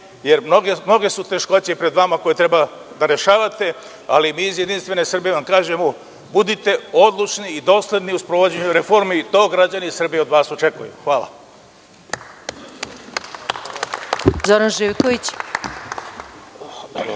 jer mnoge su teškoće pred vama koje treba da rešavate, a mi iz JS vam kažemo – budite odlučni i dosledni u sprovođenju reformi. To građani Srbije od vas očekuju. Hvala.